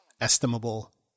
estimable